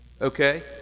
okay